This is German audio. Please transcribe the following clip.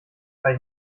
bei